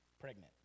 pregnant